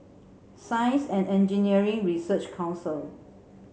Science and Engineering Research Council